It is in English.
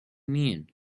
mean